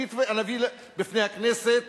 אני אביא בפני הכנסת